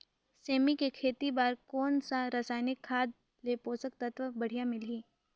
सेमी के खेती बार कोन सा रसायनिक खाद ले पोषक तत्व बढ़िया मिलही?